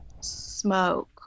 smoke